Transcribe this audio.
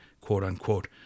quote-unquote